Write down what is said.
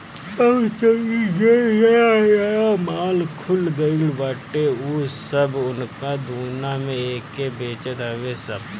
अब तअ इ जवन नया नया माल खुल गईल बाटे उ सब उना दूना में एके बेचत हवे सब